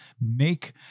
Make